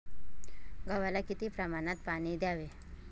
गव्हाला किती प्रमाणात पाणी द्यावे?